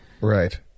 right